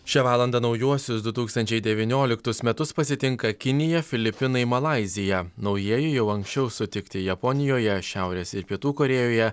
šią valandą naujuosius du tūkstančiai devynioliktus metus pasitinka kinija filipinai malaizija naujieji jau anksčiau sutikti japonijoje šiaurės ir pietų korėjoje